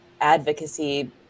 advocacy